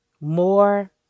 more